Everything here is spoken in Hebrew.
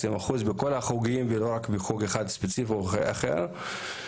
בכל החוגים ולא בחוג ספציפי כזה או אחר.